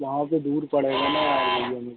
वहाँ से दूर पड़ेगा ना हमारे एरिया में